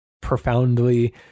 profoundly